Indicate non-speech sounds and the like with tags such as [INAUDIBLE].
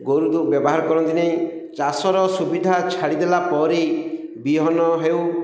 ଗୋରୁ [UNINTELLIGIBLE] ବ୍ୟବହାର କରନ୍ତି ନାହିଁ ଚାଷର ସୁବିଧା ଛାଡ଼ିଦେଲା ପରେ ବିହନ ହେଉ